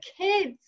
kids